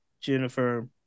Jennifer